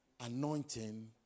anointing